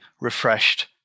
refreshed